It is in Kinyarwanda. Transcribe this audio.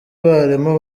barimu